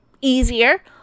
easier